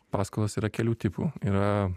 paskolos yra kelių tipų yra